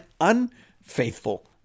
unfaithful